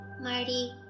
Marty